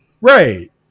Right